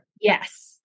yes